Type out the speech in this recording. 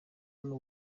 hano